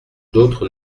d’autre